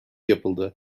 yapıldı